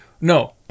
no